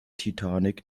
titanic